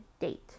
date